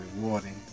rewarding